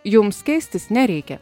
jums keistis nereikia